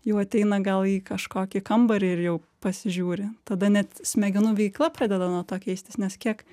jau ateina gal į kažkokį kambarį ir jau pasižiūri tada net smegenų veikla pradeda nuo to keistis nes kiek